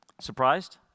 Surprised